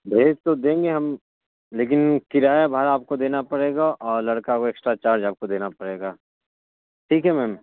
بھیج تو دیں گے ہم لیکن کرایہ بھاڑا آپ کو دینا پڑے گا اور لڑکا کو ایکسٹرا چارج آپ کو دینا پڑے گا ٹھیک ہے میم